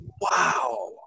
Wow